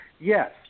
yes